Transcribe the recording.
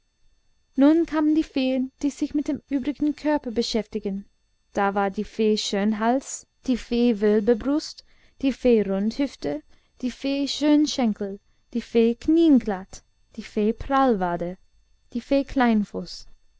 nun kamen die feen die sich mit dem übrigen körper beschäftigten da war die fee schönhals die fee wölbebrust die fee rundhüfte die fee schönschenkel die fee knienglatt die fee prallwade die